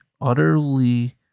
utterly